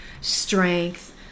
strength